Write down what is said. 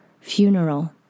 funeral